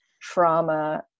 trauma